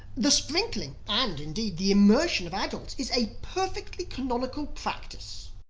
the sprinkling, and, indeed, the immersion of adults is a perfectly canonical practice.